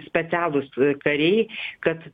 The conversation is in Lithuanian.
specialūs kariai kad